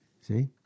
See